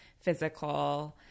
physical